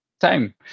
time